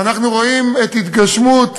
ואנחנו רואים את התגשמות